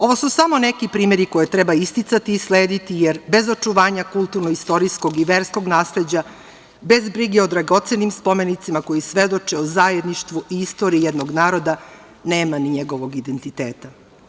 Ovo su samo neki primeri koje treba isticati i slediti, jer bez očuvanja kulturno-istorijskog i verskog nasleđa, bez brige o dragocenim spomenicima koji svedoče o zajedništvu i istoriji jednog naroda nema ni njegovog identiteta.